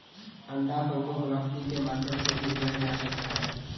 अंडाफल को ग्राफ्टिंग के माध्यम से भी उगाया जा सकता है